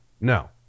No